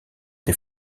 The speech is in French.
des